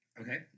Okay